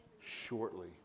shortly